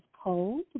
cold